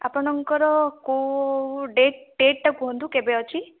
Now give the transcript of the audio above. ଆପଣଙ୍କର କୋଉ date date ଟା କୁହନ୍ତୁ କେବେ ଅଛି